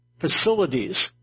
facilities